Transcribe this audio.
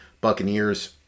Buccaneers